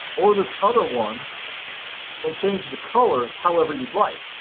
or this other one and change the colors however you'd like.